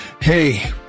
Hey